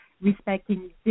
respecting